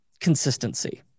consistency